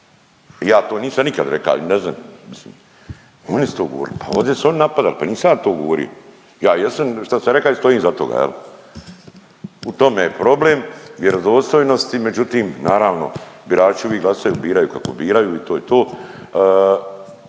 Ja to nisam nikad rekao ali ne znam mislim, oni su to govorili. Pa ovdje su oni napadali pa nisam ja to govorio. Ja jesam šta sam reka i stojim iza toga jel. U tome je problem vjerodostojnosti međutim naravno birači uvijek glasaju, biraju kako biraju i to je to.